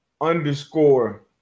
underscore